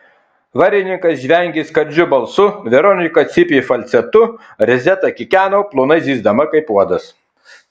vairininkas žvengė skardžiu balsu veronika cypė falcetu rezeta kikeno plonai zyzdama kaip uodas